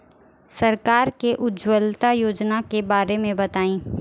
सरकार के उज्जवला योजना के बारे में बताईं?